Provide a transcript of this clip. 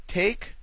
take